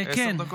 כן.